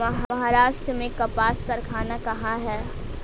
महाराष्ट्र में कपास कारख़ाना कहाँ है?